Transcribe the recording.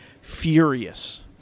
furious